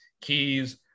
keys